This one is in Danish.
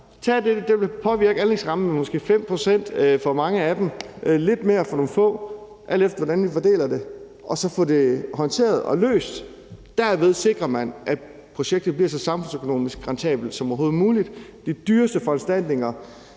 bliver påvirket med måske 5 pct., og det vil være lidt mere for nogle få af dem, alt efter hvordan vi fordeler det – og så få det håndteret og løst. Derved sikrer man, at projektet bliver så samfundsøkonomisk rentabelt som overhovedet muligt. De dyreste foranstaltninger